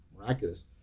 miraculous